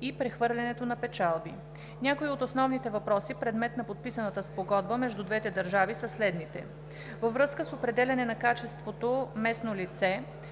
и прехвърлянето на печалби. Някои от основните въпроси, предмет на подписаната Спогодба между двете държави, са следните: - във връзка с определяне на качеството „местно лице“